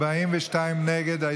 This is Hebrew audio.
42 נגד.